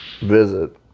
visit